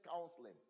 counseling